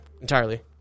entirely